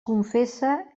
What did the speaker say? confessa